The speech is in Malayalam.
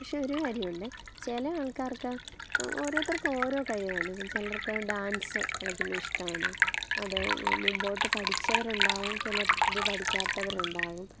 പക്ഷേ ഒരു കാര്യം ഉണ്ടേ ചില ആൾക്കാർക്ക് ഓരോരുത്തർക്കും ഓരോ കഴിവാണ് ചിലർക്ക് ഡാൻസ് കളിക്കുന്നത് ഇഷ്ടമാണ് അത് മുമ്പോട്ട് പഠിച്ചവരുണ്ടാവും ചിലവർ പഠിക്കാത്തവരുണ്ടാവും